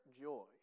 joy